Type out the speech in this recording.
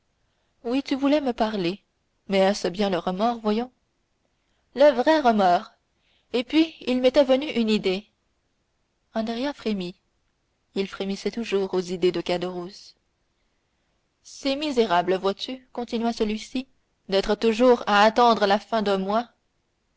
francs oui tu voulais me parler mais est-ce bien le remords voyons le vrai remords et puis il m'était venu une idée andrea frémit il frémissait toujours aux idées de caderousse c'est misérable vois-tu continua celui-ci d'être toujours à attendre la fin d'un mois